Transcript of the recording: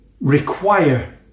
require